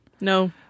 No